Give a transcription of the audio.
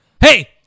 Hey